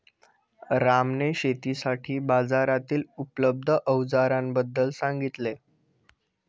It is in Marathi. रामने शेतीसाठी बाजारातील उपलब्ध अवजारांबद्दल सांगितले